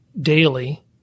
daily